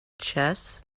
chess